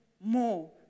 more